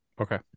Okay